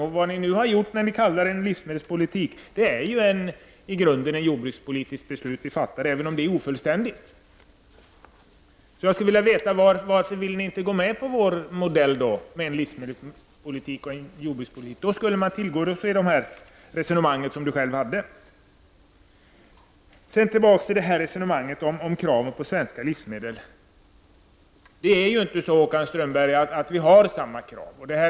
Även om ni kallar detta ärende för livsmedelspolitik är det i grunden ett jordbrukspolitiskt beslut som vi fattar, men som är ofullständigt. Jag skulle vilja veta varför ni inte vill gå med på vår modell med en livsmedelspolitik och en jordbrukspolitik. Med den modellen skulle Håkan Strömbergs resonemang tillgodoses. Det är inte så, Håkan Strömberg, att det ställs samma krav på importerade livsmedel som på svenska livsmedel.